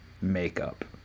makeup